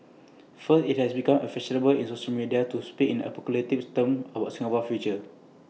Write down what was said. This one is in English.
first IT has become A fashionable in social media to speak in apocalyptic terms about Singapore's future